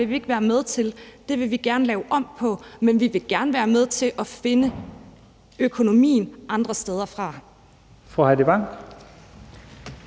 vil vi ikke være med til, det vil vi gerne lave om på, men vi vil gerne være med til at finde økonomien andre steder fra.